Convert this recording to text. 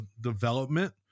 development